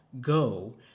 go